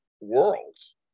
worlds